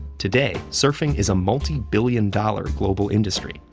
today, surfing is a multi-billion dollar global industry,